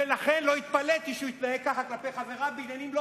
ולכן לא התפלאתי שהוא התנהג כך כלפי חבריו בעניינים לא